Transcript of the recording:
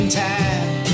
time